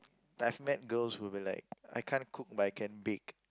I've met girls who are like I can't cook but I can bake